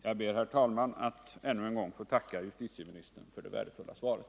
Jag ber, herr talman, att ännu en gång få tacka för det värdefulla svaret.